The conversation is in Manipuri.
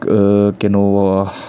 ꯀꯩꯅꯣꯐꯧ